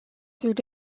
through